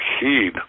heed